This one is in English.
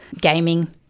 gaming